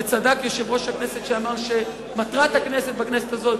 וצדק יושב-ראש הכנסת שאמר שמטרתנו בכנסת הזאת